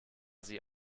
sie